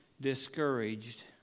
discouraged